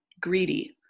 greedy